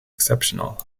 exceptional